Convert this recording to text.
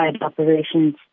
operations